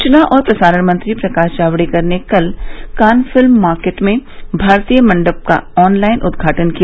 सूचनाऔर प्रसारण मंत्री प्रकाश जावडेकर ने कल कान फिल्म मार्किट में भारतीय मंडप का ऑनलाइन उद्घाटन किया